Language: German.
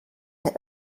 der